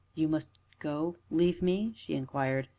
you must go leave me? she inquired.